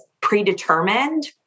predetermined